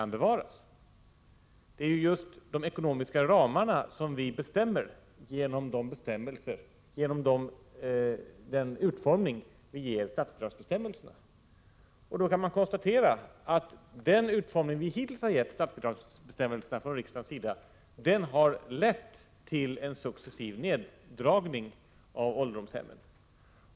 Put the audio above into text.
Det är just de ekonomiska ramarna som vi lägger fast genom den utformning vi ger statsbidragsbestämmelserna. Då kan man konstatera att den utformning som vi från riksdagens sida hittills har givit statsbidragsbestämmelserna har lett till en successiv neddragning av ålderdomshemmen.